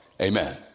Amen